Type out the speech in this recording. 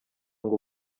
ngo